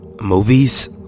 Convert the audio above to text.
movies